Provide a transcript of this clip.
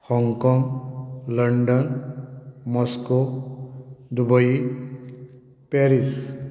हाँकाँग London Moscow Dubai Paris